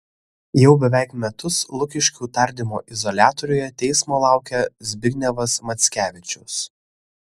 jau beveik metus lukiškių tardymo izoliatoriuje teismo laukia zbignevas mackevičius